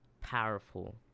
powerful